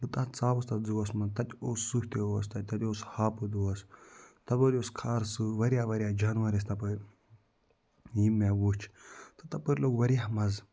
بہٕ تَتھ ژاوُس تَتھ زُوَس منٛز تَتہِ اوس سٕہہ تہِ اوس تَتہِ تَتہِ اوس ہاپُت اوس تَپٲرۍ اوس کھر سٕہہ واریاہ واریاہ جانوَر ٲسۍ تَپٲرۍ یِم مےٚ وُچھ تہٕ تَپٲرۍ لوٚگ واریاہ مَزٕ